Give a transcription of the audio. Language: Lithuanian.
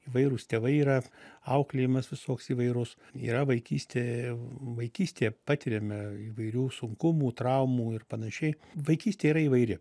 įvairūs tėvai yra auklėjimas visoks įvairus yra vaikystė vaikystėje patiriame įvairių sunkumų traumų ir panašiai vaikystė yra įvairi